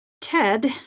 Ted